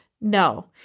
No